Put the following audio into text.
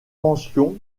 mentions